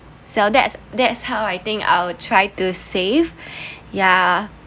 so that's that's how I think I‘ll try to save ya